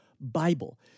Bible